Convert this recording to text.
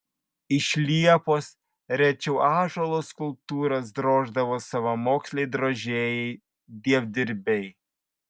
iš liepos rečiau ąžuolo skulptūras droždavo savamoksliai drožėjai dievdirbiai